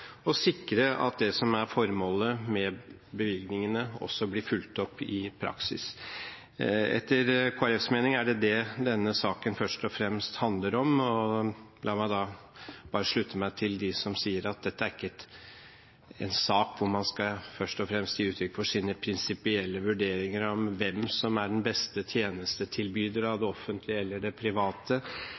sikre at det som er formålet med bevilgningene, også blir fulgt opp i praksis. Etter Kristelig Folkepartis mening er det det denne saken først og fremst handler om. La meg bare slutte meg til dem som sier at dette ikke er en sak hvor man først og fremst skal gi uttrykk for sine prinsipielle vurderinger av hvem som er den beste tjenestetilbyder av det offentlige eller det private